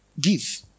give